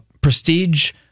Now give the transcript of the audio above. prestige